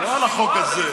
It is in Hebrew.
לא על החוק הזה.